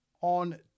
On